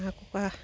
হাঁহ কুকুৰা